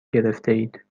گرفتهاید